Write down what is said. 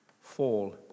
fall